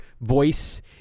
voice